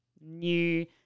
new